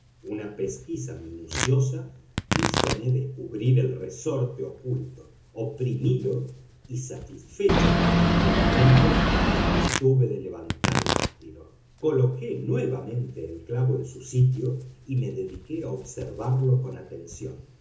una pesquisa minuciosa hízome descubrir el resorte oculto oprimílo y satisfecho con mi descubrimiento me abstuve de levantar el bastidor coloqué nuevamente el clavo en su sitio y me dediqué a observarlo con atención